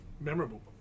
Memorable